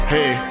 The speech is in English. Hey